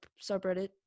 subreddit